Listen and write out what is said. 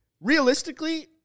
realistically –